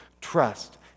Trust